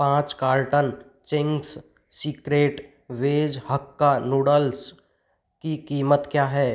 पाँच carton Ching's secret veg hakka noodles की कीमत क्या है